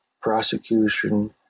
prosecution